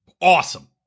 awesome